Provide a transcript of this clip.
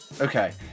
Okay